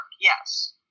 yes